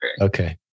Okay